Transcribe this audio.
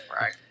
Right